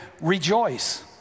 rejoice